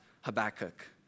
Habakkuk